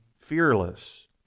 fearless